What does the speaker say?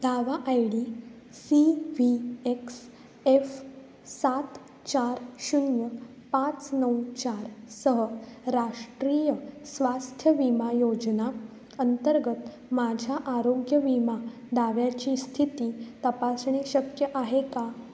दावा I D C V X F सात चार शून्य पाच नऊ चारसह राष्ट्रीय स्वास्थ्य विमा योजना अंतर्गत माझ्या आरोग्य विमा दाव्याची स्थिती तपासणे शक्य आहे का